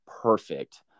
perfect